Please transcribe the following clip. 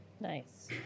Nice